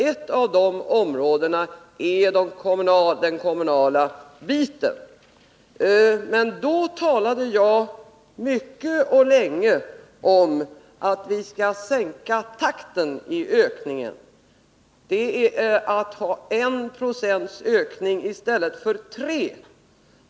Ett av dessa områden är den kommunala sektorn. När jag berörde detta talade jag mycket och länge om att vi skall sänka takten i ökningen. Det innebär att vi vill ha en ökning med 1 9 i stället för med 3 926.